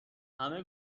همه